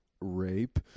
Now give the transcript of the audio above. Rape